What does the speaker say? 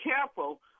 careful